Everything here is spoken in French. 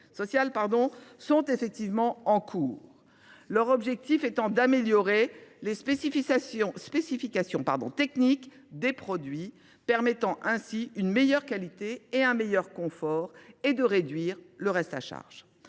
sont actuellement menés. L’objectif est d’améliorer les spécifications techniques des produits et de permettre ainsi une meilleure qualité, un meilleur confort et de réduire le reste à charge.